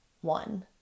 One